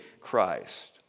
Christ